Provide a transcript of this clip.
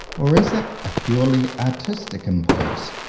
or is it a purely artistic im pulse?